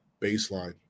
baseline